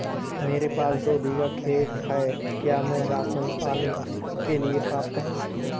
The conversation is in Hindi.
मेरे पास दो बीघा खेत है क्या मैं राशन पाने के लिए पात्र हूँ?